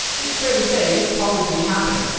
it's fair to say this probably happened.